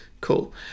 Cool